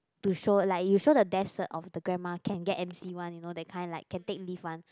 to show like you show the death cert of the grandma can get M_C one you know that kind like can take leave one